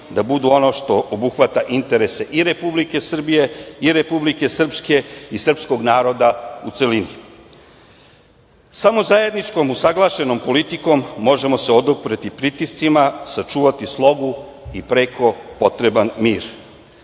da budu ono što obuhvata interese i Republike Srbije i Republike Srpske i srpskog naroda u celini. Samo zajedničkom usaglašenom politikom možemo se odupreti pritiscima, sačuvati slogu i preko potreban mir,